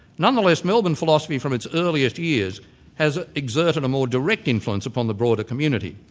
nonetheless melbourne philosophy from its earliest years has exerted a more direct influence upon the broader community.